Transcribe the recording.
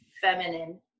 feminine